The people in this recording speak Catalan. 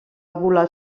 volar